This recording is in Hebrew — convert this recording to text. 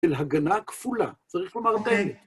להגנה כפולה, צריך לומר את האמת.